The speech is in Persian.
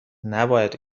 نباید